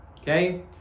Okay